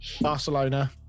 Barcelona